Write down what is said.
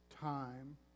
time